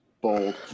bold